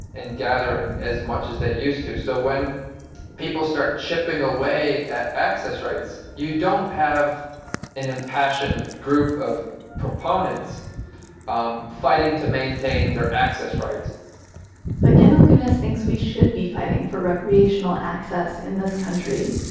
and gathering as much as they used to. so when people start chipping away at access rights, you don't have an impassioned group of proponents um fighting to maintain their access rights but ken illgunas thinks we should be fighting for recreational access in this country,